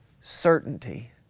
certainty